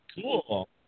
Cool